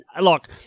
Look